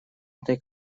этой